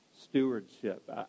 stewardship